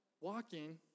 walking